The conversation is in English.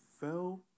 fell